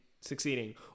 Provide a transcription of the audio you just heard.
succeeding